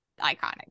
iconic